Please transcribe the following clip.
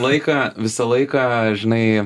laiką visą laiką žinai